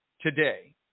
today